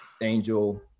angel